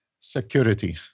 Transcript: security